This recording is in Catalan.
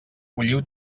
bulliu